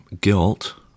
Guilt